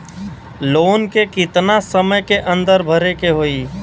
Loan के कितना समय के अंदर भरे के होई?